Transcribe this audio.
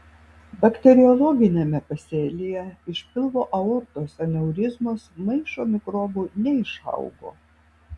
bakteriologiniame pasėlyje iš pilvo aortos aneurizmos maišo mikrobų neišaugo